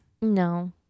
No